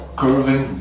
curving